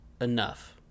enough